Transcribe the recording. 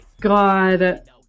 god